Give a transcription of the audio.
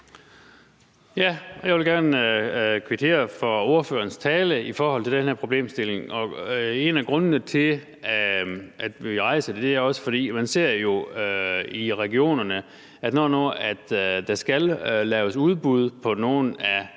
Jeg vil gerne kvittere for ordførerens tale om den her problemstilling. En af grundene til at rejse den er også, at man ser i regionerne, at når der skal laves udbud på nogle af